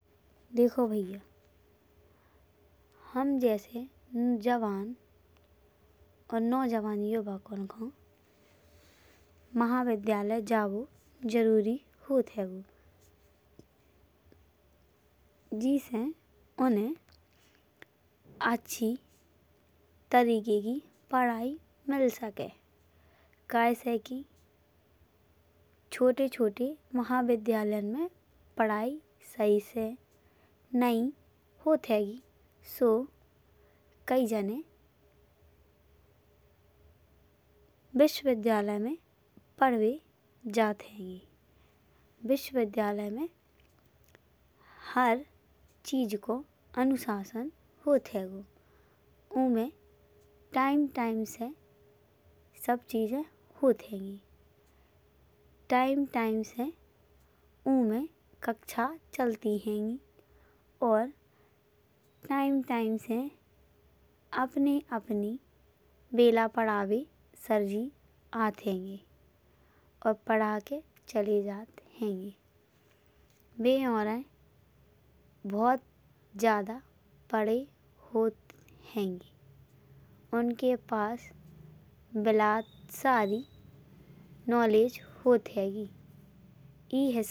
देखो भइयान हम जैसे जवान और नवजवान युवकन को महाविद्यालय जावो जरूरी होत हैंगो। जेसे उन्हें अच्छी तरीके की पढ़ाई मिल सके। कहे से की छोटे छोटे महाविद्यालय मा पढ़ाई सही से नहीं होत हैंगी। सो कई जने विश्वविद्यालय में पढ़न जात हैंगे। विश्वविद्यालय में हर चीज को अनुशासन होत हैंगो। ओमें टाइम टाइम से सब चीजें होत हैंगी। टाइम टाइम से ओमें कक्षा चलती हैंगी। और टाइम टाइम से अपनी अपनी बेला। पढ़ावे सर जी आत हैंगे और पढ़के चले जात हैंगे। बे औरे भुत ज्यादा पढ़े होत हैंगे। उनके पास बिलात सारी नॉलेज होत हैंगी।